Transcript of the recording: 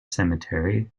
cemetery